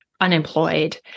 unemployed